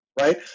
right